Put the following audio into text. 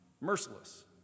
merciless